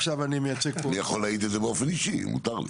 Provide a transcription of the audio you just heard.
אני יכול להעיד על זה באופן אישי, מותר לי.